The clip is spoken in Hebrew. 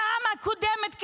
בפעם הקודמת,